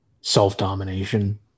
self-domination